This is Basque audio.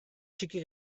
txiki